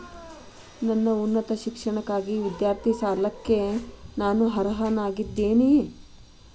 ನನ್ನ ಉನ್ನತ ಶಿಕ್ಷಣಕ್ಕಾಗಿ ವಿದ್ಯಾರ್ಥಿ ಸಾಲಕ್ಕೆ ನಾನು ಅರ್ಹನಾಗಿದ್ದೇನೆಯೇ?